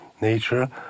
nature